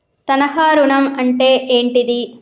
తనఖా ఋణం అంటే ఏంటిది?